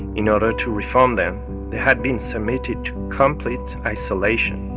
in order to reform them, they had been submitted to complete isolation.